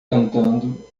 cantando